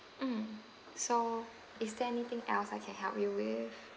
mm so is there anything else I can help you with